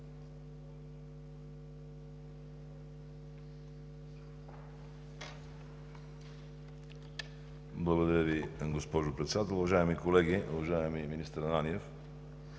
Благодаря Ви, госпожо Председател. Уважаеми колеги! Уважаеми министър Ананиев,